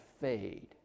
fade